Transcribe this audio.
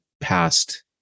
past